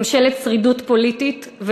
ממשלת שרידות פוליטית,